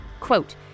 Quote